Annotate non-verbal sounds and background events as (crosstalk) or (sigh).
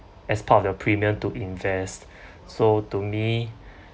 as part of their premium to invest (breath) so to me (breath)